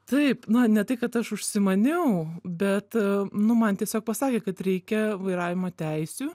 taip na ne tai kad aš užsimaniau bet nu man tiesiog pasakė kad reikia vairavimo teisių